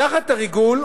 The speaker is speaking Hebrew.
תחת "ריגול",